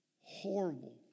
Horrible